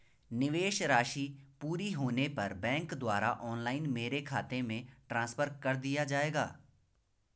निवेश राशि पूरी होने पर बैंक द्वारा ऑनलाइन मेरे खाते में ट्रांसफर कर दिया जाएगा?